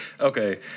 Okay